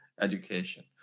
education